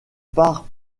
part